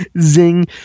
Zing